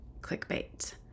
clickbait